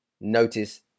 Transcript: Notice